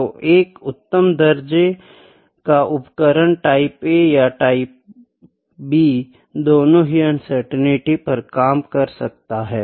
तो एक उत्तम दर्जे का उपकरण टाइप A और टाइप B दोनों ही अनसर्टेनिटी पर काम कर सकता है